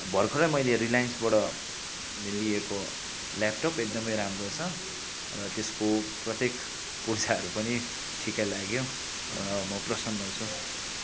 भर्खरै मैले रिलायन्सबाट लिएको ल्यापटप एकदमै राम्रो छ र त्यसको प्रत्येक पुर्जाहरू पनि ठिकै लाग्यो र म प्रसन्न छु